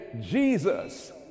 Jesus